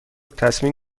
تصمیم